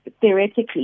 theoretically